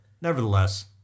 nevertheless